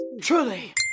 Truly